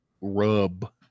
rub